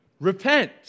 Repent